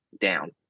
down